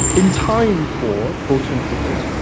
in time for, quote-unquote,